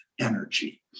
energy